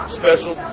special